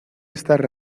estar